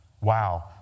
Wow